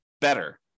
better